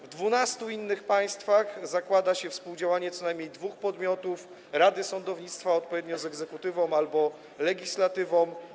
W 12 innych państwach zakłada się współdziałanie co najmniej dwóch podmiotów - rady sądownictwa odpowiednio z egzekutywą albo legislatywą.